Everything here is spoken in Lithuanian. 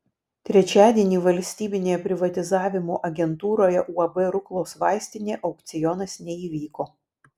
trečiadienį valstybinėje privatizavimo agentūroje uab ruklos vaistinė aukcionas neįvyko